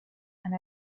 and